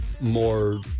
more